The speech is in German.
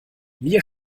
wir